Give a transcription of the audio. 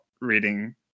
reading